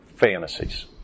Fantasies